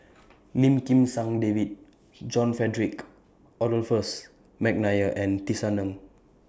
Lim Kim San David John Frederick Adolphus Mcnair and Tisa Ng